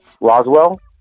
Roswell